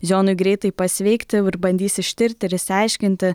zijonui greitai pasveikti ir bandys ištirti ir išsiaiškinti